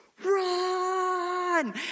run